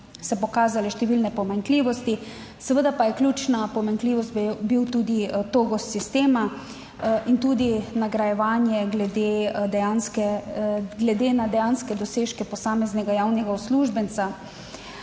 se pokazale številne pomanjkljivosti. Seveda pa je ključna pomanjkljivost bil tudi togost sistema in tudi nagrajevanje glede na dejanske dosežke posameznega javnega uslužbenca.